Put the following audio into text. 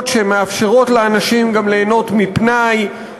שמאפשרות לאנשים גם ליהנות מפנאי,